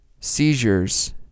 seizures